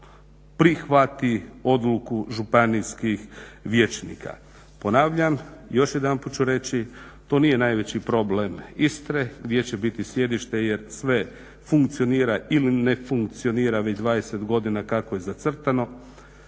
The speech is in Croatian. prihvati odluku županijskih vijećnika. Ponavljam, još jedanput ću reći, to nije najveći problem Istre gdje će biti sjedište jer sve funkcionira ili ne funkcionira ni 20 godina kako je zacrtano.